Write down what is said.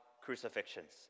crucifixions